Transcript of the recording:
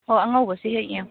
ꯍꯣ ꯑꯉꯧꯕꯁꯦ ꯍꯦꯛ ꯌꯦꯡꯉꯣ